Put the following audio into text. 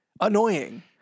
annoying